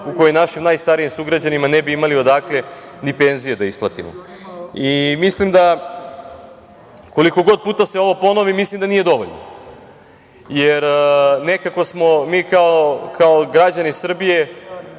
u kojoj našim najstarijim sugrađanima ne bi imali odakle ni penzije da isplatimo. Koliko god puta da se ovo ponovi mislim da nije dovoljno, jer nekako mi kao građani Srbije